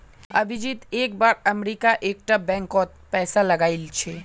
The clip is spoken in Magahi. अभिजीत एक बार अमरीका एक टा बैंक कोत पैसा लगाइल छे